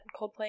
Coldplay